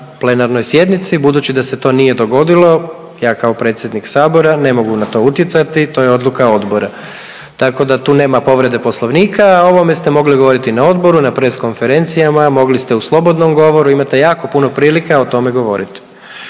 plenarnoj sjednici, budući da se to nije dogodilo ja kao predsjednik sabora ne mogu na to utjecati, to je odluka odbora. Tako da tu nema povrede Poslovnika, a o ovome ste mogli govoriti na odboru, na press konferencijama, mogli ste u slobodnom govoru. Imate jako puno prilika o tome govoriti.